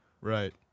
Right